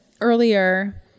earlier